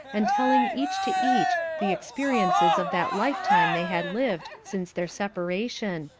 and telling each to each the experiences of that lifetime they had lived since their separation,